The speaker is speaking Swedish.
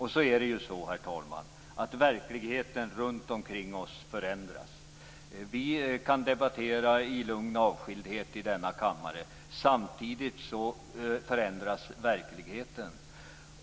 Herr talman! Verkligheten runt omkring oss förändras. Vi kan debattera i lugn och avskildhet i denna kammare, men samtidigt förändras verkligheten.